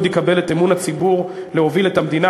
יקבל את אמון הציבור להוביל את המדינה,